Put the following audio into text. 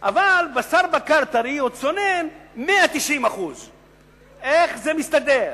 אבל: בשר בקר, טרי או צונן, 190%. איך זה מסתדר?